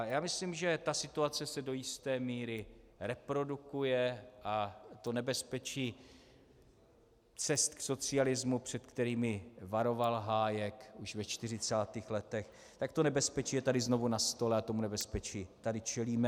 Já myslím, že ta situace se do jisté míry reprodukuje a nebezpečí cest k socialismu, před kterými varoval Hayek již ve 40. letech, to nebezpečí je tady znovu na stole a tomu nebezpečí tady čelíme.